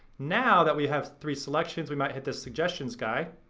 now that we have three selections we might hit this suggestions guy,